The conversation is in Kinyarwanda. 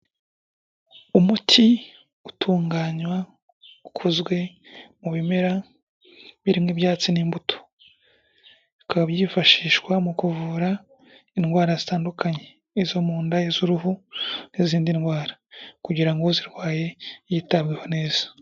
Umuti utunganywa ukozwe mu bimera birimo ibyatsi n'imbuto, bikaba byifashishwa mu kuvura indwara zitandukanye, izo mu nda, iz'uruhu n'izindi ndwara kugira ngo uzirwaye yitabweho neza.